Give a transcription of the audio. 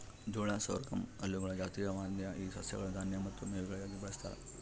ಜೋಳ ಸೊರ್ಗಮ್ ಹುಲ್ಲುಗಳ ಜಾತಿಯ ದಾನ್ಯ ಈ ಸಸ್ಯಗಳನ್ನು ದಾನ್ಯ ಮತ್ತು ಮೇವಿಗಾಗಿ ಬಳಸ್ತಾರ